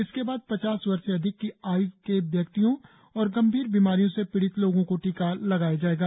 इसके बाद पचास वर्ष से अधिक की आय् के व्यक्तियों और गंभीर बीमारियों से पीडित लोगों को टीका लगाया जाएगा